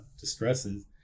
distresses